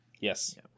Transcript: Yes